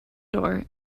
door